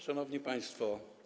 Szanowni Państwo!